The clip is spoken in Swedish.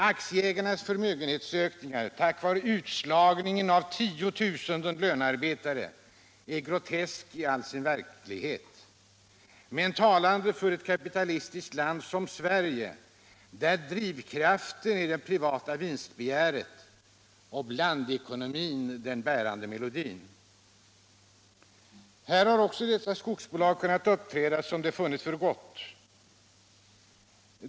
Aktieägarnas förmögenhetsökningar till följd av utslagningen av tiotusenden lönearbetare är i all sin verklighet groteska men talande i ett kapitalistiskt land som Sverige, där drivkraften är det privata vinstbegäret och blandekonomin den bärande melodin. Här har också dessa skogsbolag kunnat uppträda som de funnit för gott.